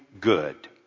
good